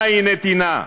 מהי נתינה.